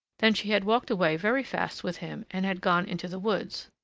then she had walked away very fast with him and had gone into the woods.